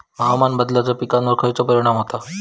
हवामान बदलाचो पिकावर खयचो परिणाम होता?